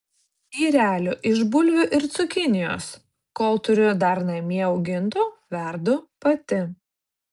tyrelių iš bulvių ir cukinijos kol turiu dar namie augintų verdu pati